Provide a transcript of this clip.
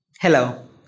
Hello